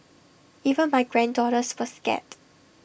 even my granddaughters were scared